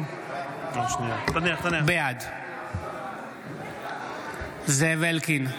בעד זאב אלקין,